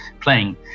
playing